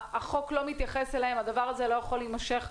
החוק לא מתייחס אליהן והדבר הזה לא יכול להימשך.